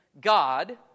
God